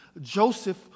Joseph